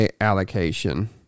allocation